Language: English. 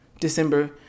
December